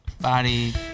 body